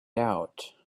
out